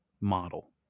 model